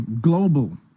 Global